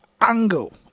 angle